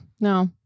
No